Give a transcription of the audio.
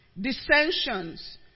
dissensions